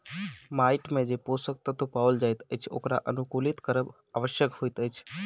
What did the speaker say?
माइट मे जे पोषक तत्व पाओल जाइत अछि ओकरा अनुकुलित करब आवश्यक होइत अछि